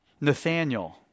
Nathaniel